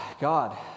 God